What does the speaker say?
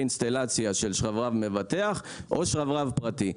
אינסטלציה אתה הולך לשרברב מבטח או לשרברב פרטי.